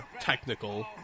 technical